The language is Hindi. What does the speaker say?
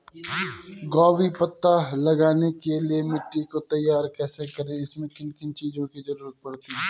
पत्ता गोभी लगाने के लिए मिट्टी को तैयार कैसे करें इसमें किन किन चीज़ों की जरूरत पड़ती है?